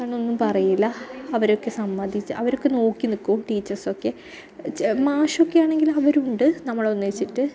കാരണം ഒന്നും പറയില്ല അവരൊക്കെ സമ്മതിച്ച് അവരൊക്കെ നോക്കി നിൽക്കും ടീച്ചേർസ് ഒക്കെ മാഷൊക്കെ ആണെങ്കിൽ അവർ ഉണ്ട് നമ്മളൊന്നിച്ചിട്ട്